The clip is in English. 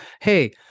hey